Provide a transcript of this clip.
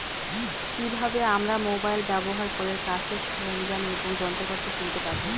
কি ভাবে আমরা মোবাইল ব্যাবহার করে চাষের সরঞ্জাম এবং যন্ত্রপাতি কিনতে পারবো?